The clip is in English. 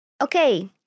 Okay